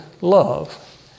love